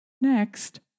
Next